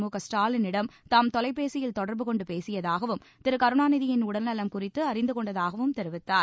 முகஸ்டாலினிடம் தாம் தொலைபேசியில் தொடர்பு கொண்டு பேசியதாகவும் திருகருணாநிதியின் உடல்நலம் குறித்து அறிந்து கொண்டதாகவும் தெரிவித்தார்